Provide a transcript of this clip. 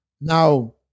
Now